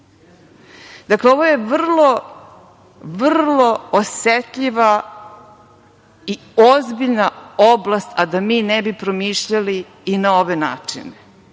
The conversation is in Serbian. ovo je vrlo, vrlo osetljiva i ozbiljna oblast, a da mi ne bi promišljali na ove načine,